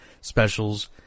specials